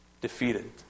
defeated